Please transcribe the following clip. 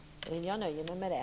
Jag nöjer mig med det.